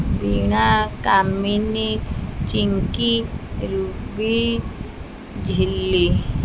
Veena Kamini Chinki Ruby Jhilli